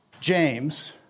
James